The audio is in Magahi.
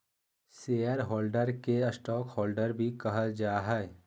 शेयर होल्डर के स्टॉकहोल्डर भी कहल जा हइ